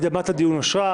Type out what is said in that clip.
הקדמת הדיון אושרה.